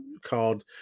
card